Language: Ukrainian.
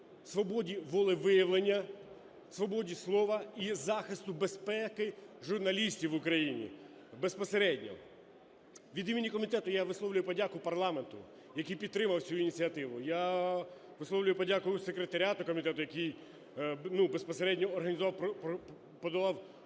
свободі волевиявлення, свободі слова і захисту безпеки журналістів в Україні, безпосередньо. Від імені комітету я висловлюю подяку парламенту, який підтримав цю ініціативу, я висловлюю подяку і секретаріату комітету, який безпосередньо організовував і подолав